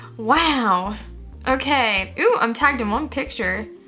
wow okay. oh, i'm tagged in one picture.